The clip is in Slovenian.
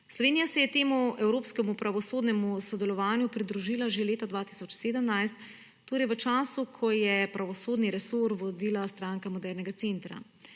Slovenija se je temu evropskemu pravosodnemu sodelovanju pridružila že leta 2017, torej v času, ko je pravosodni resor vodila Stranka modernega centra.